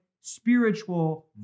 spiritual